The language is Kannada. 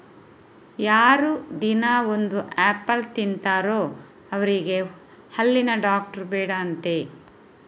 ಯಾರು ದಿನಾ ಒಂದು ಆಪಲ್ ತಿಂತಾರೋ ಅವ್ರಿಗೆ ಹಲ್ಲಿನ ಡಾಕ್ಟ್ರು ಬೇಡ ಅಂತೆ